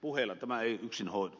puheilla tämä ei yksin hoidu